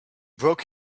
broke